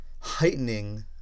Heightening